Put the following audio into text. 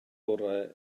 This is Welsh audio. orau